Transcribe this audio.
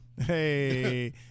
Hey